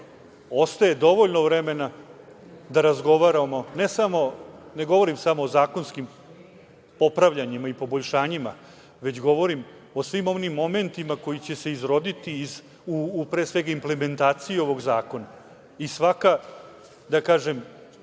ostaje dovoljno vremena da razgovaramo, ne govorim samo o zakonskim popravljanjima i poboljšanjima, već govorim o svim onim momentima koji će se izroditi, pre svega u implementaciji ovog zakona. Svako rešenje